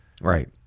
Right